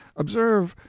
observe,